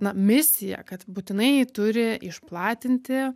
na misija kad būtinai turi išplatinti